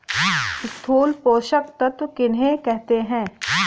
स्थूल पोषक तत्व किन्हें कहते हैं?